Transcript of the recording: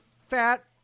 fat